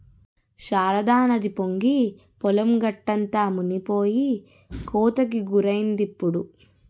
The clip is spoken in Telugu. శారదానది పొంగి పొలం గట్టంతా మునిపోయి కోతకి గురైందిప్పుడు